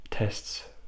Tests